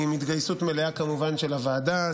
עם התגייסות מלאה כמובן של הוועדה.